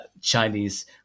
chinese